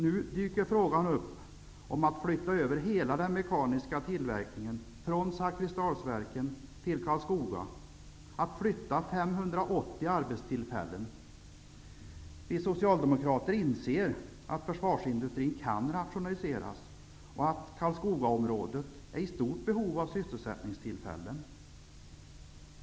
Nu dyker frågan upp om att flytta över hela den mekaniska tillverkningen från Zakrisdalsverken till Vi socialdemokrater inser att försvarsindustrin kan rationaliseras, och Karlskogaområdet är i stort behov av sysselsättningstillfällen.